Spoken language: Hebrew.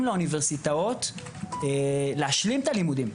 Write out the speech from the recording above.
לאוניברסיטאות להשלים את הלימודים.